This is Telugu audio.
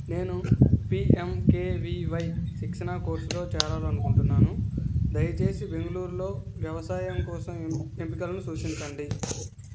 నేను పీఎంకేవీవై శిక్షణా కోర్సులో చేరాలి అనుకుంటున్నాను దయచేసి బెంగుళూరులో వ్యవసాయం కోసం ఎంపికలను సూచించండి